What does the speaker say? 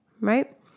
right